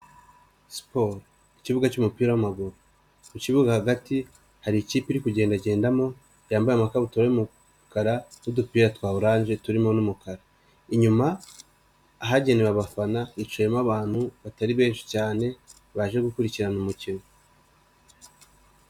Siporo ikibuga cy'umupira w'amaguru, mu kibuga hagati hari ikipe iri kugendagendamo yambaye amakabutura y'umukara n'udupira twa oranje turimo n'umukara, inyuma ahagenewe abafana hicaye mo abantu batari benshi cyane baje gukurikirana umukino.